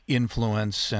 influence